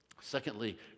Secondly